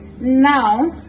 now